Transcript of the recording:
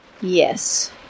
Yes